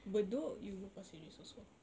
bedok you go pasir ris also